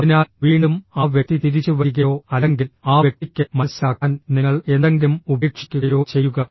അതിനാൽ വീണ്ടും ആ വ്യക്തി തിരിച്ചുവരികയോ അല്ലെങ്കിൽ ആ വ്യക്തിക്ക് മനസ്സിലാക്കാൻ നിങ്ങൾ എന്തെങ്കിലും ഉപേക്ഷിക്കുകയോ ചെയ്യുക